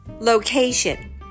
location